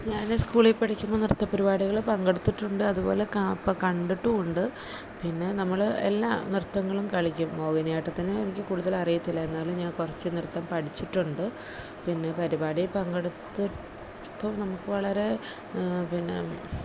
ഞാൻ സ്കൂളിൽ പഠിക്കുമ്പോൾ നൃത്ത പരിപാടികൾ പങ്കെടുത്തിട്ടുണ്ട് അതുപോലെ കാപ്പ കണ്ടിട്ടു ഉണ്ട് പിന്നെ നമ്മൾ എല്ലാ നൃത്തങ്ങളും കളിക്കും മോഹിനിയാട്ടത്തിന് എനിക്ക് കൂടുതൽ അറിയത്തില്ല എന്നാലും ഞാൻ കുറച്ച് നൃത്തം പഠിച്ചിട്ടുണ്ട് പിന്നെ പരിപാടി പങ്കെടുത്തിപ്പം നമുക്ക് വളരെ പിന്നെ